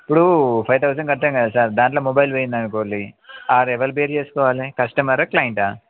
ఇప్పుడు five thousand కట్టాం కదా సార్ దాంట్లో మొబైల్ పోయిందనుకోండి ఆ ఎవరు రిపేర్ చేసుకోవాలి కస్టమర్ ఆ క్లయింట్ ఆ